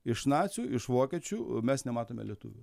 iš nacių iš vokiečių mes nematome lietuvių